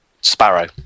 Sparrow